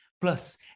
Plus